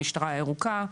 המשטרה הירוקה.